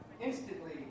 Instantly